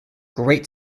great